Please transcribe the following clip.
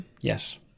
Yes